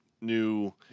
new